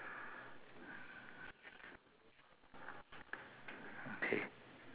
uncle that's selling a peach with three peach dropping on the floor